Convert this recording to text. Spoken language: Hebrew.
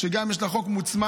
שגם יש לה חוק מוצמד,